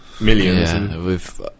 millions